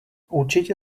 určitě